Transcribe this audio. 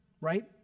right